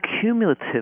cumulative